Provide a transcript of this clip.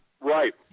Right